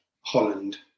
Holland